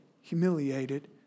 humiliated